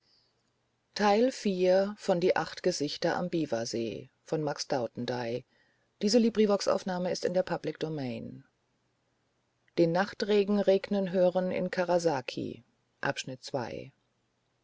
hin den nachtregen regnen hören in karasaki